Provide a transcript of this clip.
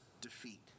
defeat